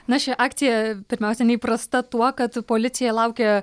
na ši akcija pirmiausia neįprasta tuo kad policija laukia